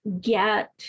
get